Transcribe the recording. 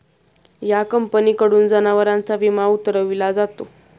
या कंपनीकडून जनावरांचा विमा उतरविला जातो